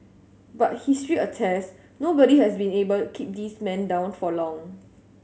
but history attests nobody has been able keep this man down for long